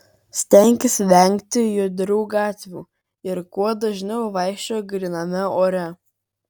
stenkis vengti judrių gatvių ir kuo dažniau vaikščiok gryname ore